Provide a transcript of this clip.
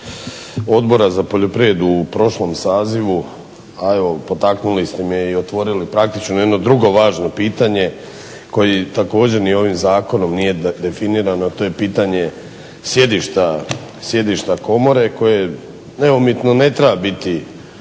Odbora za poljoprivredu u prošlom sazivu, a evo potaknuli ste me i otvorili praktično jedno drugo važno pitanje koje također ni ovim zakonom nije definirano, a to je pitanje sjedišta komore koje neumitno ne treba biti